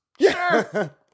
Sure